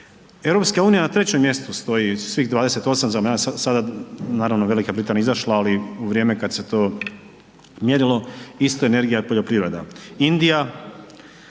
EU na trećem mjestu stoji svih 28 za sada, naravno Velika Britanija izašla, ali u vrijeme kad se to mjerilo isto energija od poljoprivrede.